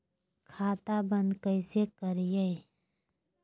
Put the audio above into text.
खाता बंद कैसे करिए?